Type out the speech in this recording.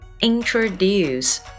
Introduce